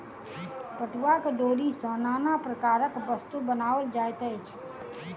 पटुआक डोरी सॅ नाना प्रकारक वस्तु बनाओल जाइत अछि